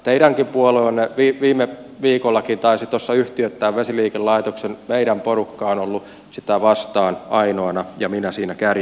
teidänkin puolueenne viime viikolla taisi tuossa yhtiöittää vesiliikelaitoksen meidän porukka on ollut sitä vastaan ainoana minä siinä kärjessä